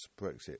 Brexit